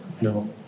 No